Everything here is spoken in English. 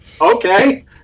Okay